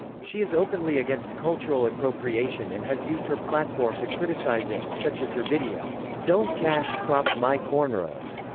she is openly against cultural appropriation and has used her platform to criticize it, such as her video, don't cash crop my cornrows,